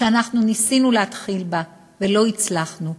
שאנחנו ניסינו להתחיל בה ולא הצלחנו,